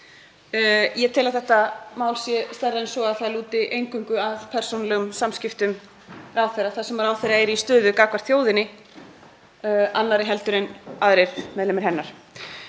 Ég tel að þetta mál sé stærra en svo að það lúti eingöngu að persónulegum samskiptum ráðherra þar sem ráðherra er í stöðu gagnvart þjóðinni, annarri heldur en aðrir meðlimir hennar.